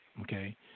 Okay